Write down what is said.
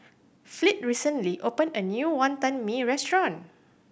Fleet recently opened a new Wonton Mee restaurant